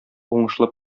уңышлы